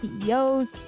CEOs